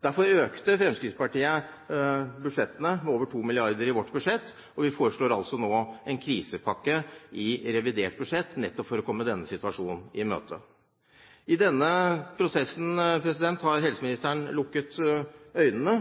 Derfor økte Fremskrittspartiet sitt budsjett med over 2 mrd. kr, og vi foreslår nå en krisepakke i forbindelse med revidert budsjett, nettopp for å komme denne situasjonen i møte. I denne prosessen har helseministeren lukket øynene,